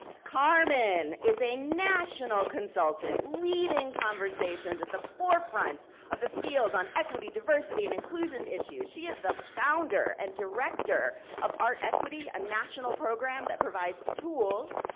carmen is a national consultant leading conversations at the forefront of the fields on equity, diversity and inclusion issue. she is the founder and director of art equity, a national program that provides tools,